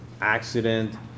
accident